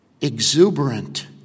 exuberant